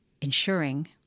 ensuring